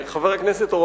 חבר הכנסת חנין, זה הכול.